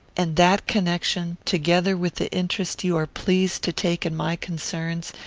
and that connection, together with the interest you are pleased to take in my concerns,